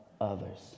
others